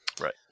Right